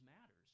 matters